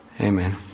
Amen